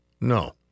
No